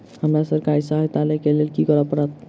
हमरा सरकारी सहायता लई केँ लेल की करऽ पड़त?